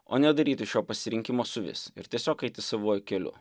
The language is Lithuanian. o nedaryti šio pasirinkimo suvis ir tiesiog eiti savuoju keliu